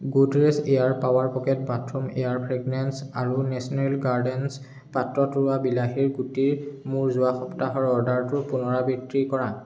Godrej air power pocket bathroom air fragrance আৰু national gardens পাত্ৰত ৰোৱা বিলাহীৰ গুটিৰ মোৰ যোৱা সপ্তাহৰ অৰ্ডাৰটোৰ পুনৰাবৃত্তি কৰা